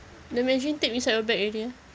the measuring tape inside your bag already eh